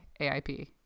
AIP